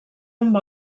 amb